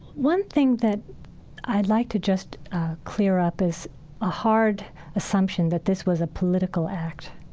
one thing that i'd like to just clear up is a hard assumption that this was a political act.